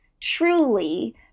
truly